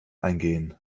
eingehen